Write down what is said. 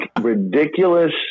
ridiculous